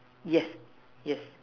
yes yes